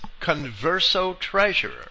converso-treasurer